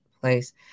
place